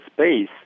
space